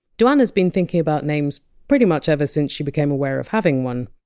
duana! s been thinking about names pretty much ever since she became aware of having one.